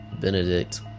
Benedict